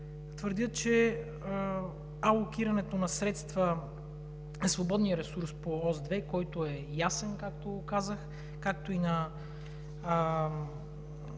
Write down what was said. твърдят че алокирането на средства, свободния ресурс по Ос 2, който е ясен, както казах, както и на